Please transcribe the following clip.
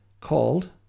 called